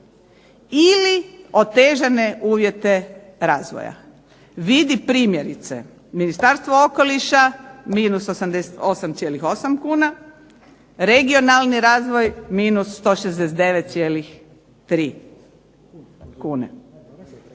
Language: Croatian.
ili otežane uvjete razvoja. Vidi, primjerice Ministarstvo okoliša -88,8 kuna, regionalni razvoj -169,3 kune.